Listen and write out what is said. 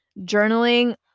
journaling